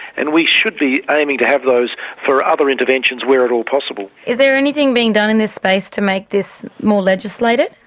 and we should be aiming to have those for other interventions where at all possible. is there anything being done in this space to make this more legislated?